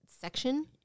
section